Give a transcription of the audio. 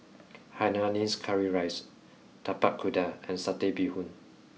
hainanese curry rice tapak kuda and satay bee hoon